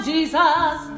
Jesus